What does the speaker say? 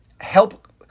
help